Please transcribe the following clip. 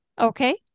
Okay